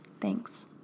Thanks